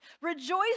Rejoice